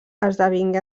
esdevingué